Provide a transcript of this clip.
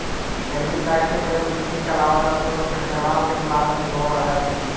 algicide के प्रयोग कृषि के अलावा जलस्रोत के शैवाल के निवारण में भी होवऽ हई